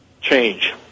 change